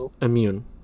Immune